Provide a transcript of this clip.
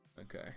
Okay